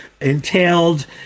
entailed